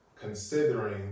considering